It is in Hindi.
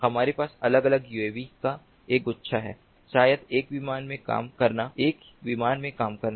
हमारे पास अलग अलग यूएवी का एक गुच्छा है शायद एक विमान में काम करना एक विमान में काम करना